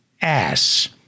ass